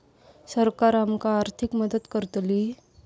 सरकार आमका आर्थिक मदत करतली?